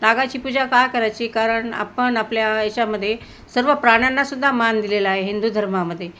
नागाची पूजा का करायची कारण आपण आपल्या याच्यामध्ये सर्व प्राण्यांनासुद्धा मान दिलेला आहे हिंदू धर्मामध्ये